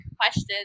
questions